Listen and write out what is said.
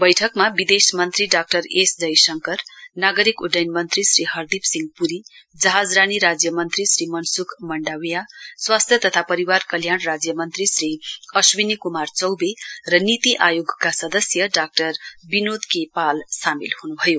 बैठकमा विदेश मन्त्री डाक्टर एस ज्यराङ्कर नागरिक उड्डयन मन्त्री हरदीप सिंह पुरीजहाजरानी राज्य मन्त्री मनसुख मंडाविडास्वास्थ्य तथा परिवार कल्याण राज्य मन्त्री अश्विनी कुमार चौबे र नीति आयोगका सदस्य डाक्टर विनोद केपाल सामेल हुनुभयो